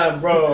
bro